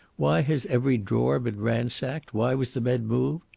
why has every drawer been ransacked, why was the bed moved?